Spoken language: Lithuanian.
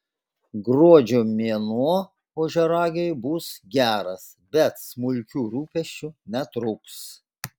gruodžio mėnuo ožiaragiui bus geras bet smulkių rūpesčių netrūks